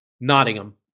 Nottingham